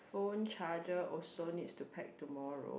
phone charger also needs to pack tomorrow